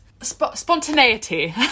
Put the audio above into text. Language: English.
Spontaneity